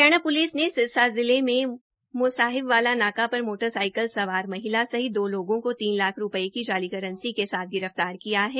Haryana police ने सिरसा जिले में म्साहिबवाला नाका पर मोटर सवार महिला सहित दो लोगों को तीन लाख रूपये की जाली करंसी के साथ गिरफ्तार किया है